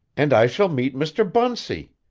and i shall meet mr. bunsey.